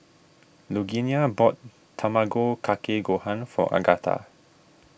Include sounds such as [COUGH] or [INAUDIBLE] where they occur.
Lugenia bought [NOISE] Tamago Kake Gohan for Agatha